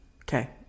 Okay